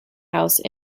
house